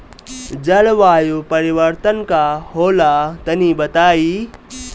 जलवायु परिवर्तन का होला तनी बताई?